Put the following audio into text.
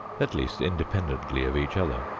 at least independently of each other.